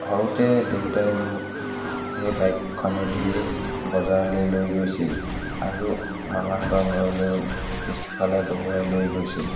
সৰুতে দেউতাই মোক সেই বাইকখনেদিয়ে বজাৰলৈ লৈ গৈছিল আৰু মামাহঁতৰ ঘৰলৈও পিছফালে বহুৱাই লৈ গৈছিল